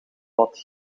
wat